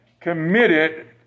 committed